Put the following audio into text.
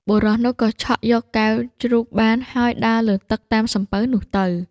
បុរសនោះក៏ឆក់យកកែវជ្រូកបាន ហើយដើរលើទឹកតាមសំពៅនោះទៅ។